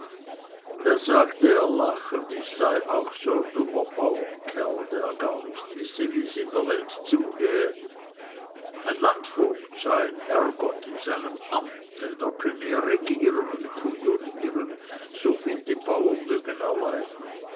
da sagte er lachend ich sei auch so ein dummer bauernkerl der gar nicht wisse wie es in der welt zugehe ein landvogt sei ein herrgott in seinem amte da könne er regieren und kujonieren so viel die bauern erleiden